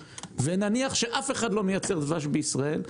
ונניח שאף אחד לא מייצר דבש בישראל,